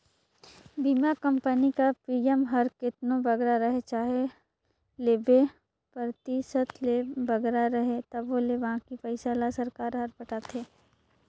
बीमा कंपनी कर प्रीमियम हर केतनो बगरा रहें चाहे नब्बे परतिसत ले बगरा रहे तबो ले बाकी पइसा ल सरकार हर पटाथे